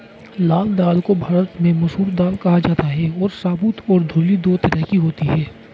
लाल दाल को भारत में मसूर दाल कहा जाता है और साबूत और धुली दो तरह की होती है